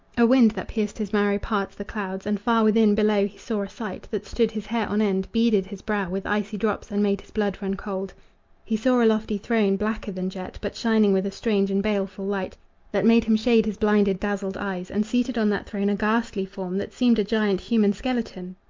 a wind that pierced his marrow parts the clouds, and far within, below he saw a sight that stood his hair on end, beaded his brow with icy drops, and made his blood run cold he saw a lofty throne, blacker than jet, but shining with a strange and baleful light that made him shade his blinded, dazzled eyes, and seated on that throne a ghastly form that seemed a giant human skeleton,